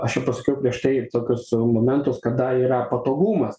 aš jau pasakiau prieš tai tokius momentus kada yra patogumas